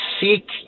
seek